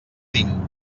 tinc